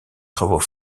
travaux